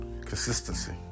consistency